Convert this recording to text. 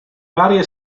varie